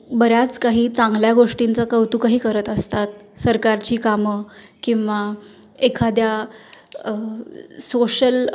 बऱ्याच काही चांगल्या गोष्टींचं कौतुकही करत असतात सरकारची कामं किंवा एखाद्या सोशल